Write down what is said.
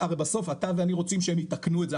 הרי בסוף אתה ואני רוצים שהם יתקנו את זה,